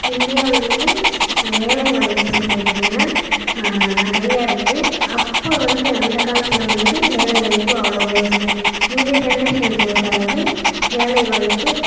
இந்தியாவில் வந்து வேலைவாய்ப்புன்னு கேட்டிங்கன்னா நிறையா இருக்கு அப்போ வந்து அந்தக் காலத்தில் வந்து வேலைவாய்ப்பு அவ்வளோவா இல்லை இந்த ஜென்ரேஷன் பொறுத்தளவு வேலைவாய்ப்பு